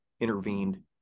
intervened